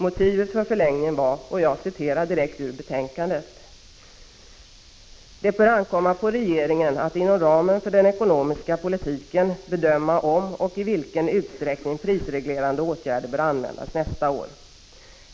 Motivet för förlängningen var enligt betänkandet: ”Det bör ankomma på regeringen att inom ramen för den ekonomiska politiken bedöma om och i vilken utsträckning prisreglerande åtgärder bör användas nästa år.